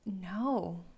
No